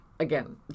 Again